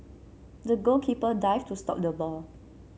the goalkeeper dived to stop the ball